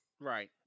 Right